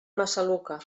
massaluca